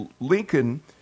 Lincoln